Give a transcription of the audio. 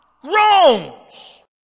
groans